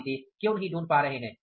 आप इसे क्यों नहीं ढूंढ पा रहे हैं